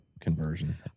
conversion